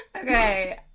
Okay